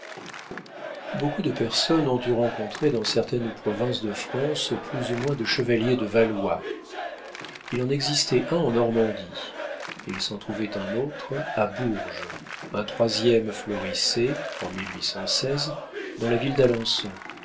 beaucoup de personnes ont dû rencontrer dans certaines provinces de france plus ou moins de chevaliers de valois il en existait un en normandie il s'en trouvait un autre à bourges un troisième florissait en dans la ville d'alençon